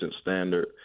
standard